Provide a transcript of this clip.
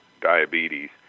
diabetes